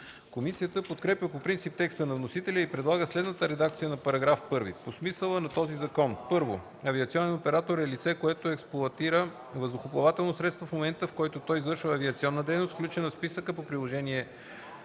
Комисията подкрепя по принцип текста на вносителя и предлага следната редакция на § 1: „§ 1. По смисъла на този закон: 1. „Авиационен оператор” е лице, което експлоатира въздухоплавателно средство в момента, в който то извършва авиационна дейност, включена в списъка по Приложение